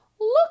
Look